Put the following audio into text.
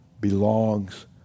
belongs